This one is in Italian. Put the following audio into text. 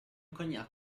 cognac